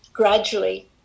Gradually